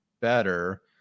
better